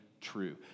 true